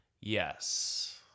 yes